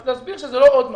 להסביר שזה לא עוד משהו.